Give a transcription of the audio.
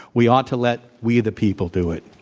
we ought to let, we, the people, do it.